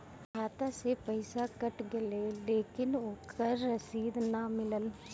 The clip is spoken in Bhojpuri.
खाता से पइसा कट गेलऽ लेकिन ओकर रशिद न मिलल?